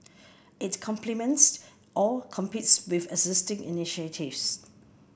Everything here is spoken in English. it complements or competes with existing initiatives